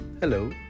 hello